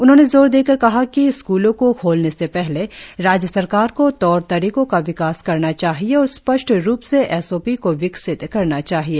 उन्होंने जोर देकर कहा कि स्कूलों को खोलने से पहले राज्य सरकार को तौर तरीको का विकास करना चाहिए और स्पष्ट रुप से एस ओ पी को विकसित करना चाहिए